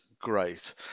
great